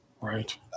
Right